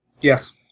Yes